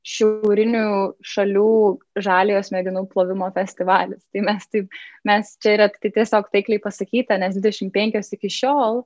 šiaurinių šalių žaliojo smegenų plovimo festivalis tai mes taip mes čia yra tiesiog taikliai pasakyta nes dvidešimt penkios iki šiol